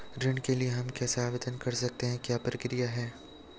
ऋण के लिए हम कैसे आवेदन कर सकते हैं क्या प्रक्रिया है?